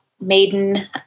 maiden